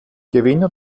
gewinner